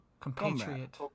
compatriot